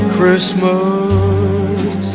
Christmas